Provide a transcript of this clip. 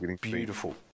beautiful